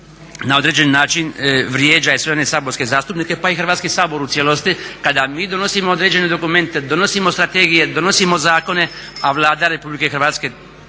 na određen način vrijeđa i sve one saborske zastupnike, pa i Hrvatski sabor u cijelosti kada mi donosimo određene dokumente, donosimo strategije, donosimo zakone, a Vlada RH te zakone